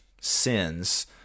sins